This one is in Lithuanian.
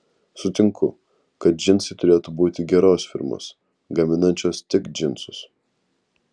sutinku kad džinsai turėtų būti geros firmos gaminančios tik džinsus